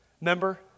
member